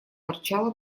торчала